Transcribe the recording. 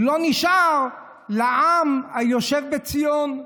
לא נשאר לעם היושב בציון,